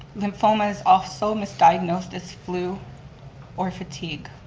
lymphoma is also misdiagnosed as flu or fatigue.